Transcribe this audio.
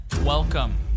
welcome